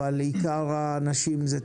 אבל עבור עיקר האנשים זה תחביב.